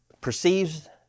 perceives